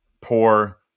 poor